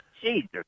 Jesus